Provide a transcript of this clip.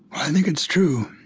i think it's true.